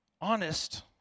honest